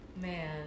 man